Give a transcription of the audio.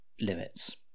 limits